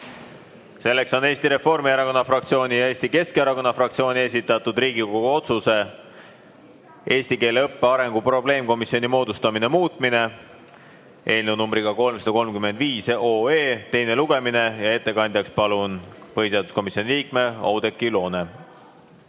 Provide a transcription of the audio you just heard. Selleks on Eesti Reformierakonna fraktsiooni ja Eesti Keskerakonna fraktsiooni esitatud Riigikogu otsuse "Eesti keele õppe arengu probleemkomisjoni moodustamine" muutmise eelnõu 335 teine lugemine. Ettekandjaks palun põhiseaduskomisjoni liikme Oudekki Loone.